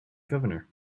governor